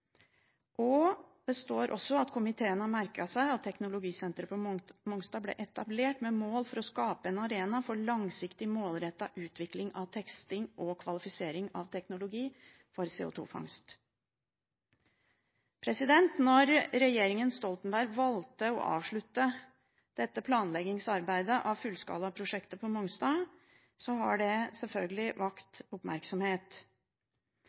enige. Det står også at komiteen har merket seg at Teknologisenteret på Mongstad ble etablert med mål om å skape en arena for langsiktig målrettet utvikling av testing og kvalifisering av teknologi for CO2-fangst. Da regjeringen Stoltenberg valgte å avslutte planleggingsarbeidet av fullskalaprosjektet på Mongstad, vakte det selvfølgelig